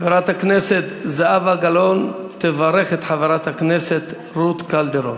חברת הכנסת זהבה גלאון תברך את חברת הכנסת רות קלדרון.